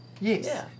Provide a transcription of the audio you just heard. yes